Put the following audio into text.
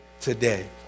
today